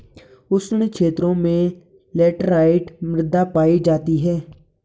उष्ण क्षेत्रों में लैटराइट मृदा पायी जाती है